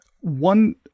one